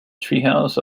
treehouse